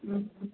ହୁଁ